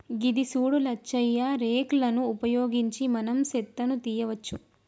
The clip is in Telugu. గిది సూడు లచ్చయ్య రేక్ లను ఉపయోగించి మనం సెత్తను తీయవచ్చు